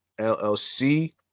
LLC